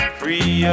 free